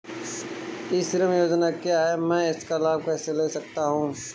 ई श्रम योजना क्या है मैं इसका लाभ कैसे ले सकता हूँ?